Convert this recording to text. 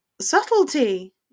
Subtlety